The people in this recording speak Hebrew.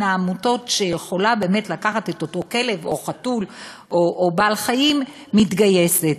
העמותות שיכולה לקחת את אותו כלב או חתול או בעל-חיים מתגייסת.